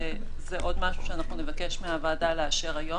וזה עוד משהו שאנחנו נבקש מהוועדה לאשר היום,